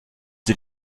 sie